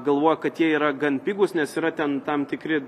galvoja kad jie yra gan pigūs nes yra ten tam tikri